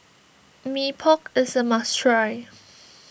Mee Pok is a must try